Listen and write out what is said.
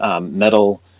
metal